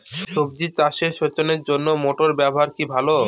সবজি চাষে সেচের জন্য মোটর ব্যবহার কি ভালো?